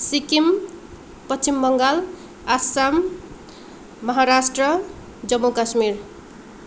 Sikkim Paschim Bangal Assam Maharashtra Jammu Kashmir